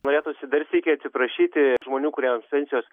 norėtųsi dar sykį atsiprašyti žmonių kuriems pensijos